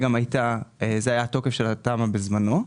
זה היה התוקף של התמ"א בזמנו.